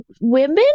women